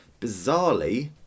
Bizarrely